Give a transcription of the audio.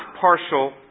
partial